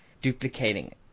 duplicating